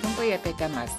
trumpai apie temas